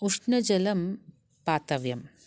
उष्णजलं पातव्यम्